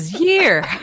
year